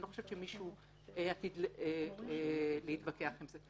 אני לא חושבת שמישהו עתיד להתווכח עם זה.